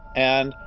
and,